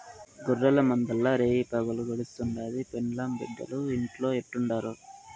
గొర్రెల మందల్ల రేయిపగులు గడుస్తుండాది, పెండ్లాం బిడ్డలు ఇంట్లో ఎట్టుండారో